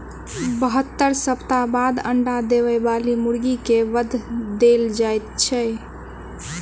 बहत्तर सप्ताह बाद अंडा देबय बाली मुर्गी के वध देल जाइत छै